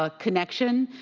ah connection,